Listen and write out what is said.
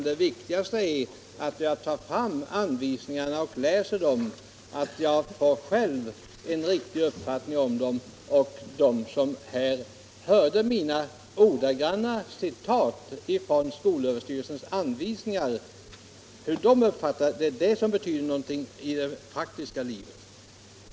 Det viktigaste är att anvisningarna har tagits fram, att de blir lästa och att den riktiga innebörden då framgår. Det är hur anvisningarna uppfattas i det praktiska livet som har betydelse.